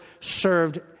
served